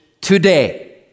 today